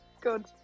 good